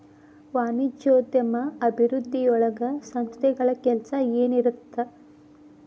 ವಾಣಿಜ್ಯೋದ್ಯಮ ಅಭಿವೃದ್ಧಿಯೊಳಗ ಸಂಸ್ಥೆಗಳ ಕೆಲ್ಸ ಏನಿರತ್ತ